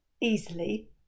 easily